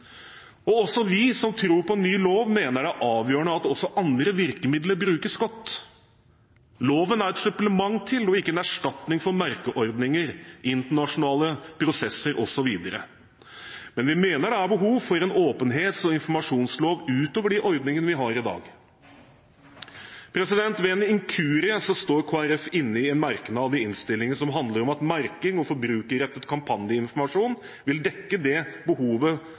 eksempler. Også vi som tror på en ny lov, mener det er avgjørende at også andre virkemidler brukes godt. Loven er et supplement til og ikke en erstatning for merkeordninger, internasjonale prosesser osv., men vi mener det er behov for en åpenhets- og informasjonslov ut over de ordningene vi har i dag. Ved en inkurie står Kristelig Folkeparti inne i en merknad i innstillingen som handler om at merking og forbrukerrettet kampanjeinformasjon vil dekke det behovet